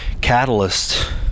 catalyst